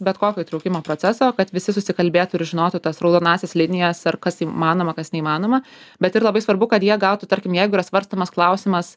bet kokio įtraukimo proceso kad visi susikalbėtų ir žinotų tas raudonąsias linijas ar kas įmanoma kas neįmanoma bet ir labai svarbu kad jie gautų tarkim jeigu yra svarstomas klausimas